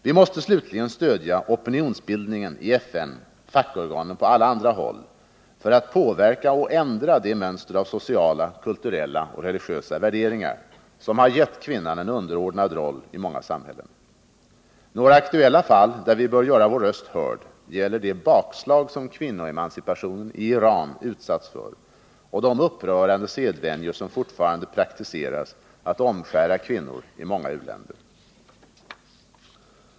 Vi måste slutligen stödja opinionsbildningen i FN, fackorganen och på alla andra håll för att påverka och ändra det mönster av sociala, kulturella och religiösa värderingar, som har gett kvinnan en underordnad roll i många samhällen. Några aktuella fall, där vi bör göra vår röst hörd, gäller det bakslag som kvinnoemancipationen i Iran utsatts för och de upprörande sedvänjor att omskära kvinnor som fortfarande praktiseras i många u-länder.